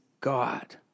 God